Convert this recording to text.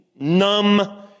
numb